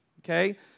okay